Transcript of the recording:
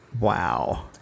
Wow